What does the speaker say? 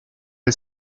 nel